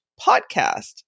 podcast